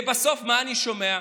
ובסוף מה אני שומע?